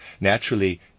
Naturally